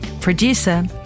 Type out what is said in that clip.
Producer